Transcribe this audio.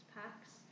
packs